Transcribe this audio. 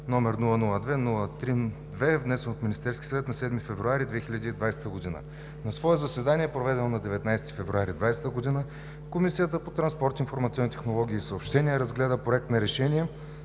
№ 002-03-2, внесен от Министерския съвет на 7 февруари 2020 г. На свое заседание, проведено на 19 февруари 2020 г., Комисията по транспорт, информационни технологии и съобщения разгледа Проект на решение